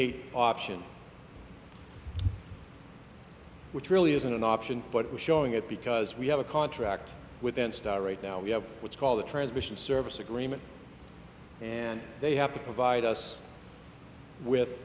eight option which really isn't an option but we're showing it because we have a contract with then start right now we have what's called the transmission service agreement and they have to provide us with